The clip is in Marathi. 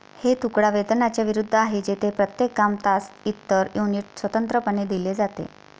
हे तुकडा वेतनाच्या विरुद्ध आहे, जेथे प्रत्येक काम, तास, इतर युनिट स्वतंत्रपणे दिले जाते